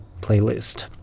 playlist